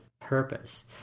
purpose